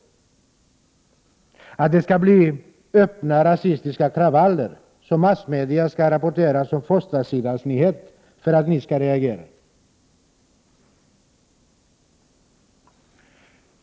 Väntar ni på att det skall bli öppna rasistiska kravaller som massmedia skall rapportera som förstasidesnyheter? Behövs det för att ni skall reagera?